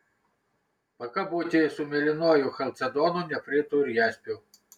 pakabutį su mėlynuoju chalcedonu nefritu ir jaspiu